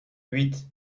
huit